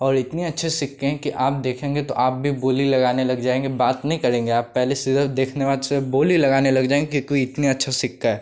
और इतने अच्छे सिक्के हैं कि आप देखेंगे तो आप भी बोली लगाने लग जाएँगे बात नहीं करेंगे आप पहले सीधा देखने के बाद सीधा बोली लगाने लग जाएँगे कि कोई इतने अच्छा सिक्का है